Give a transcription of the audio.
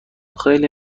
خیلی